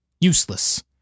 Useless